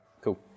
cool